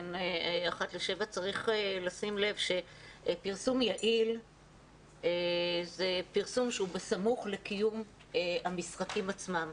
13:00 19:00 צריך לשים לב שפרסום יעיל כשהוא בסמוך לקיום המשחקים עצמם.